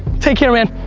take care, man.